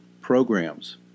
programs